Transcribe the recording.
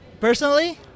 personally